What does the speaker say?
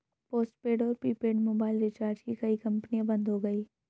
postpaid और prepaid mobile recharge की कई कंपनियां बंद हो गई